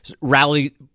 rally